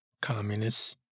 communists